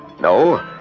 No